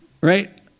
Right